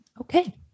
Okay